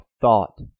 thought